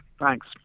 Thanks